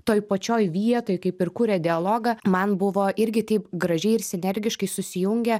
toj pačioj vietoj kaip ir kuria dialogą man buvo irgi taip gražiai ir sinergiškai susijungę